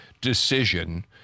decision